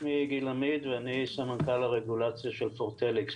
שמי גיל אמיד ואני סמנכ"ל הרגולציה של "פורטליקס".